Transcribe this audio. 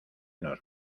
nos